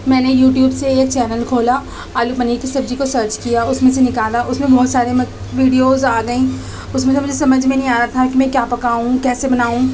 میں نے یوٹیوب سے ایک چینل کھولا آلو پنیر کی سبزی کو سرچ کیا اس میں سے نکالا اس میں بہت سارے ویڈیوز آ گئیں اس میں سے سب سمجھ میں نہیں آ رہا تھا کہ میں کیا پکاؤں کیسے بناؤں